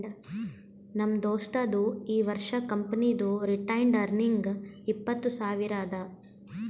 ನಮ್ ದೋಸ್ತದು ಈ ವರ್ಷ ಕಂಪನಿದು ರಿಟೈನ್ಡ್ ಅರ್ನಿಂಗ್ ಇಪ್ಪತ್ತು ಸಾವಿರ ಅದಾ